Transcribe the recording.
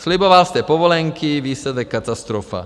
Sliboval jste povolenky výsledek katastrofa.